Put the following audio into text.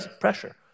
pressure